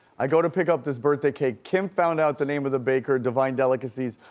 i go to pick up this birthday cake, kim found out the name of the baker, divine delicacies,